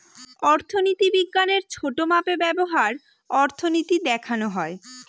অর্থনীতি বিজ্ঞানের ছোটো মাপে ব্যবহার অর্থনীতি দেখানো হয়